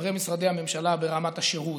אחרי משרדי הממשלה ברמת השירות,